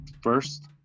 First